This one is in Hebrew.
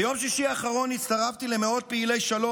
ביום שישי האחרון הצטרפתי למאות פעילי שלום